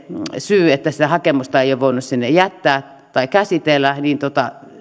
syy että sitä hakemusta ei ole voinut sinne jättää tai käsitellä niin